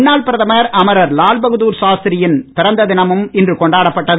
முன்னாள் பிரதமர் அமரர் லால்பகதார் சாஸ்திரியின் பிறந்த தினமும் இன்று கொண்டாடப்பட்டது